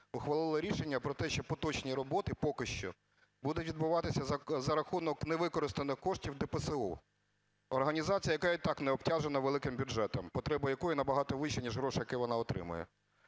ухвалили рішення про те, що поточні роботи поки що будуть відбуватися за рахунок невикористаних коштів ДПСУ – організації, яка і так не обтяжена великим бюджетом, потреби якої набагато вищі, ніж грошей, які вона отримує.